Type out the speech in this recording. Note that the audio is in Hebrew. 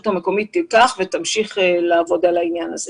המקומית תיקח ותמשיך לעבוד על העניין הזה.